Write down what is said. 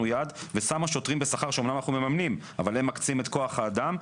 יד ושמה שוטרים בשכר שאמנם אנחנו מממנים אבל הם מקצים את כוח האדם.